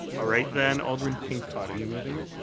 ah right then. alderman pincott are you moving it?